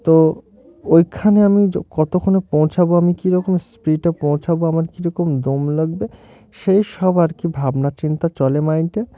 তো ওইখানে আমি কতক্ষণে পৌঁছাবো আমি কীরকম স্পিডে পৌঁছাবো আমার কীরকম দম লাগবে সেই সব আর কি ভাবনা চিন্তা চলে মাইন্ডে